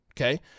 okay